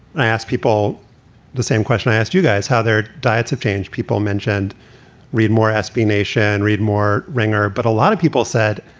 and i asked people the same question. i asked you guys how their diets have changed. people mentioned read more sb nation, and read more ringer. but a lot of people said,